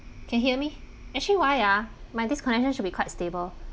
can hear me actually why ah my this connection should be quite stable